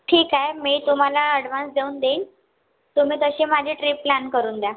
ठीक आहे मी तुम्हाला आड्वान्स देऊन देईन तुम्ही तशी माझी ट्रिप प्लॅन करून द्या